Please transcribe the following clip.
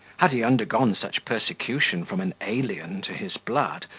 had he undergone such persecution from an alien to his blood,